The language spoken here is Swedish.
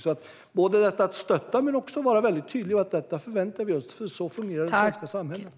Det handlar både om att stötta och att vara väldigt tydlig: Detta förväntar vi oss, för så fungerar det i det svenska samhället.